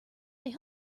they